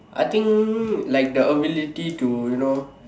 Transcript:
I think like the ability to you know